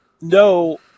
No